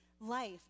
life